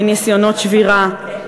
מניסיונות שבירה.